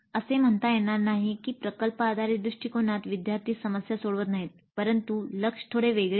असे म्हणता येणार नाही की प्रकल्प आधारित दृष्टिकोनात विद्यार्थी समस्या सोडवत नाहीत परंतु लक्ष थोडे वेगळे आहे